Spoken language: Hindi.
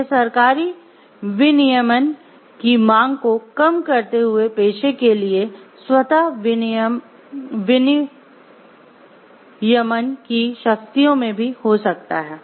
यह सरकारी विनियमन की मांग को कम करते हुए पेशे के लिए स्वतः विनियमन की शक्तियों में भी हो सकता है